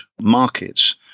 markets